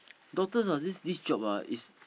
doctors ah this this job ah is